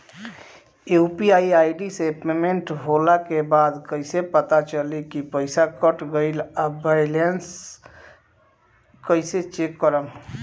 UPI ID से payment होला के बाद कइसे पता चली की पईसा कट गएल आ बैलेंस कइसे चेक करम?